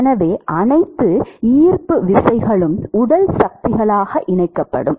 எனவே அனைத்து ஈர்ப்பு விசைகளும் உடல் சக்திகளாக இணைக்கப்படும்